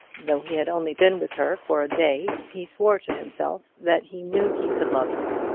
though he had only been with her for a day, he swore to himself that he knew he could love her.